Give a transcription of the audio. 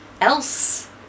else